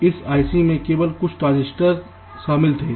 इस आईसी में केवल कुछ ट्रांसिस्टर्स शामिल थे